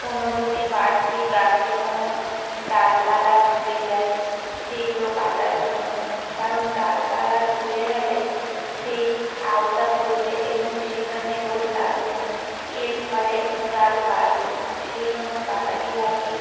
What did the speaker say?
কোনো যদি বাড়তি গাছে কোনো ডালপালা ঝুলে যায় সেইগুলো কাটার জন্য কারণ ডালপালা ঝুলে গেলে সেই আওতা পড়বে এবং সেখানে রোদ লাগবে না এর ফলে গাছ বাড়বে না সেই জন্য কাটারি লাগে